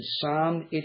Psalm